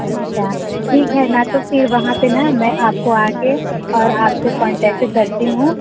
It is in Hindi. अच्छा ठीक है ना तो फिर वहाँ पर ना मैं आपको आकर और आपसे कांटेक्ट करती हूँ